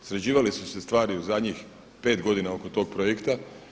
Sređivale su se stvari u zadnjih pet godina oko tog projekta.